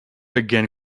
again